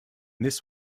this